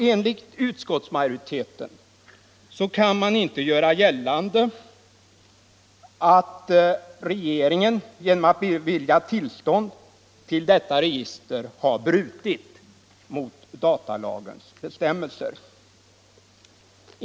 Enligt utskottsmajoriteten kan man inte göra gällande att regeringen genom att bevilja tillstånd till detta register har brutit mot datalagens bestämmelser.